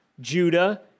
Judah